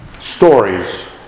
stories